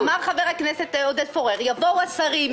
אמר חבר הכנסת עודד פורר: יבואו השרים,